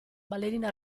ballerina